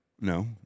No